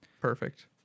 Perfect